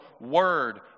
word